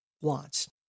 wants